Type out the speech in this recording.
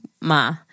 ma